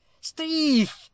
Steve